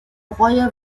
reue